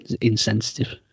insensitive